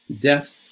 Death